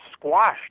squashed